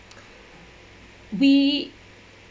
we